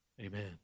Amen